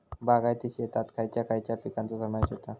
बागायती शेतात खयच्या खयच्या पिकांचो समावेश होता?